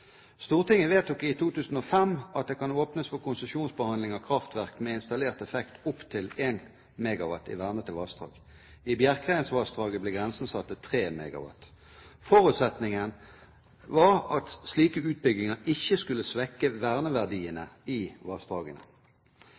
Stortinget vedtok i 2005 at det kan åpnes for konsesjonsbehandling av kraftverk med installert effekt opp til 1 MW i vernede vassdrag. I Bjerkreimsvassdraget ble grensa satt til 3 MW. Forutsetningene var at slike utbygginger ikke skulle svekke verneverdiene i vassdragene.